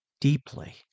deeply